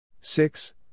Six